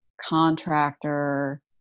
contractor